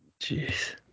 Jeez